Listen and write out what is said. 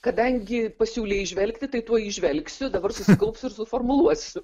kadangi pasiūlei įžvelgti tai tuoj įžvelgsiu dabar susikaupsiu ir suformuluosiu